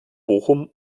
bochum